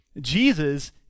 Jesus